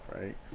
right